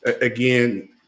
again